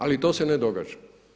Ali to se ne događa.